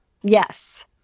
Yes